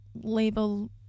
label